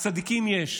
אז צדיקים יש.